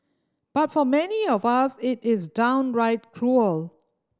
but for many of us it is downright cruel